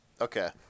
Okay